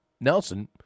Nelson